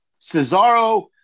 Cesaro